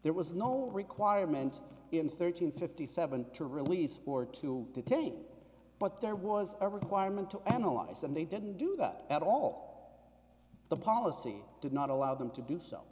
there was no requirement in thirteen fifty seven to release or to detain but there was a requirement to analyze and they didn't do that at all that the policy did not allow them to do